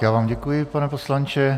Já vám děkuji, pane poslanče.